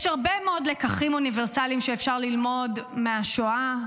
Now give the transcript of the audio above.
יש הרבה מאד לקחים אוניברסליים שאפשר ללמוד מהשואה,